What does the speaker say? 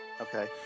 Okay